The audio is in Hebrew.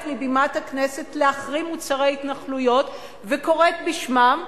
מבימת הכנסת להחרים מוצרי התנחלויות וקוראת בשמם,